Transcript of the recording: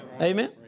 Amen